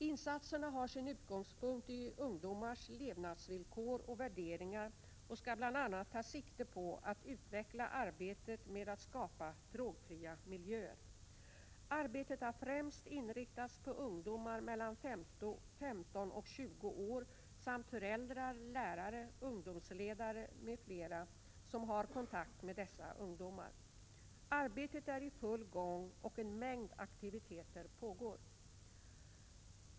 Insatserna har sin utgångspunkt i ungdomars levnadsvillkor och värderingar och skall bl.a. ta sikte på att utveckla arbetet med att skapa drogfria miljöer. Arbetet har främst inriktats på ungdomar mellan 15 och 20 år samt föräldrar, lärare, ungdomsledare m.fl. som har kontakt med dessa ungdomar. Arbetet är i full gång och en mängd aktiviteter pågår.